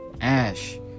Ash